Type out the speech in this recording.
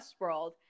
Westworld